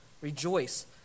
Rejoice